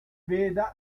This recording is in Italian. veda